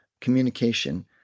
communication